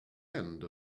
end